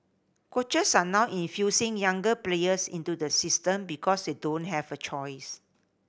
coaches are now infusing younger players into the system because they don't have a choice